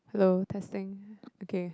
hello testing okay